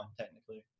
technically